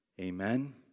Amen